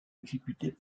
exécutés